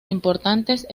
importantes